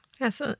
Yes